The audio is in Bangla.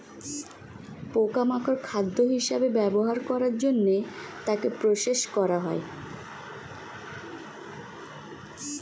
পোকা মাকড় খাদ্য হিসেবে ব্যবহার করার জন্য তাকে প্রসেস করা হয়